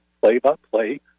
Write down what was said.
play-by-play